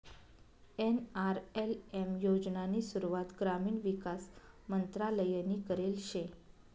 NRLM योजनानी सुरुवात ग्रामीण विकास मंत्रालयनी करेल शे